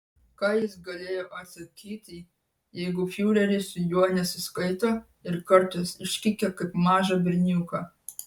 ką jis galėjo atsakyti jeigu fiureris su juo nesiskaito ir kartais iškeikia kaip mažą berniuką